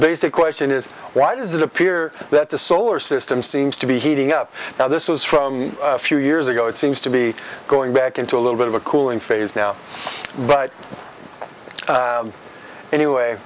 basic question is why does it appear that the solar system seems to be heating up now this is from a few years ago it seems to be going back into a little bit of a cooling phase now but anyway